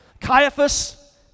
Caiaphas